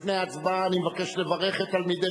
לפני ההצבעה אני מבקש לברך את תלמידי